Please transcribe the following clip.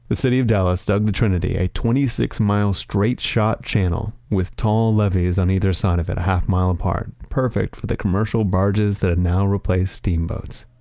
the city of dallas dug the trinity a twenty six mile, straight-shot channel with tall levees on either side of it, a half-mile apart. perfect for the commercial barges that now replaced steamboats.